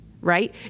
Right